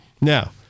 Now